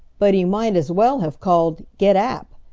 but he might as well have called get app,